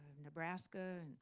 nebraska,